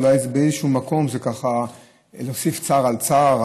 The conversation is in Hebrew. אולי באיזה מקום זה יוסיף צער על צער,